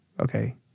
okay